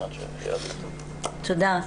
תודה.